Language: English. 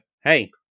hey